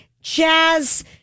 jazz